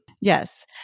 Yes